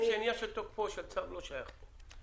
עכשיו מבינים שעניין של תוקפו של צו לא שייך פה.